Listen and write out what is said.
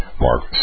Mark